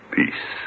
peace